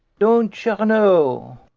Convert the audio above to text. don' cher know?